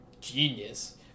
genius